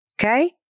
okay